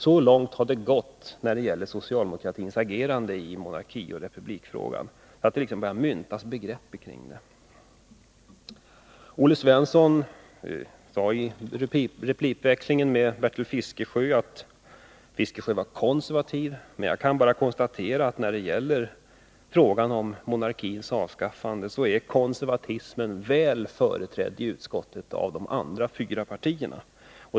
Så långt har det gått när det gäller socialdemokratins agerande i monarkioch republikfrågan att det börjar myntas begrepp kring det. I replikväxlingen med Bertil Fiskesjö sade Olle Svensson att Bertil Fiskesjö var konservativ. Jag kan bara konstatera att konservatismen när det gäller frågan om monarkins avskaffande är väl företrädd i utskottet av de andra fyra partierna.